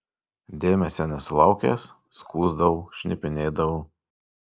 dėmesio nesulaukęs skųsdavau šnipinėdavau